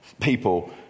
people